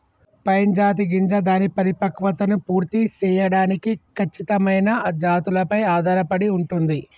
pine జాతి గింజ దాని పరిపక్వతను పూర్తి సేయడానికి ఖచ్చితమైన జాతులపై ఆధారపడి ఉంటుంది